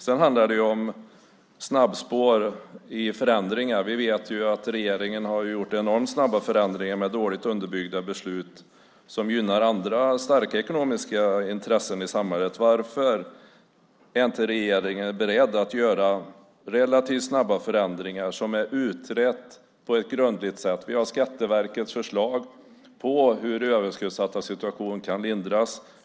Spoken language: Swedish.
Sedan handlar det om snabbspår i fråga om förändringar. Vi vet regeringen har gjort enormt snabba förändringar med dåligt underbyggda beslut som gynnar andra starka ekonomiska intressen i samhället. Varför är regeringen inte beredd att göra relativt snabba förändringar som är utredda på ett grundligt sätt? Vi har Skatteverkets förslag på hur överskuldsattas situation kan lindras.